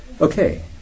Okay